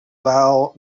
vow